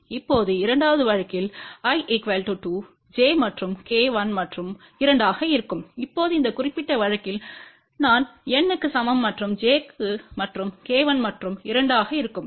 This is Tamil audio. இப்போது இரண்டாவது வழக்கில் I 2 j மற்றும் k 1 மற்றும் 2 ஆக இருக்கும் இப்போது இந்த குறிப்பிட்ட வழக்கில் நான் N க்கு சமம் மற்றும் j மற்றும் k 1 மற்றும் 2 ஆக இருக்கும்